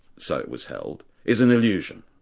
so it was held, is an illusion,